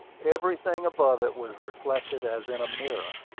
everything above it was reflected as in a mirror,